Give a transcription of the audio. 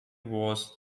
was